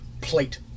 plate